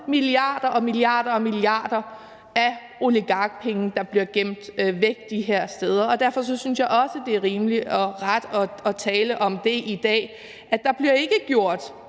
også er milliarder og milliarder af oligarkpenge, der bliver gemt væk de her steder. Derfor synes jeg også, at det er ret og rimeligt at tale om det i dag, nemlig at der ikke